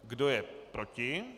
Kdo je proti?